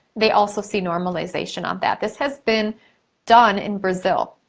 they also see normalization on that. this has been done in brazil.